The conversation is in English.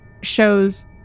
shows